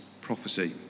prophecy